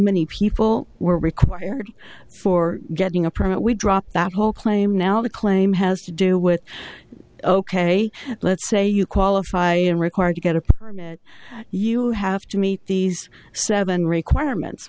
many people were required for getting a permit we dropped that whole claim now the claim has to do with ok let's say you qualify in required to get a permit you have to meet these seven requirements